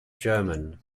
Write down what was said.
german